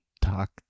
talk